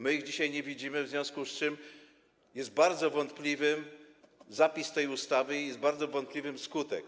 My ich dzisiaj nie widzimy, w związku z czym jest bardzo wątpliwy zapis tej ustawy i jest bardzo wątpliwy skutek.